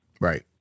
Right